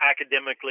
academically